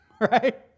right